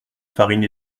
farine